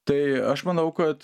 tai aš manau kad